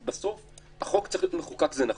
בסוף החוק צריך להיות מחוקק, זה נכון,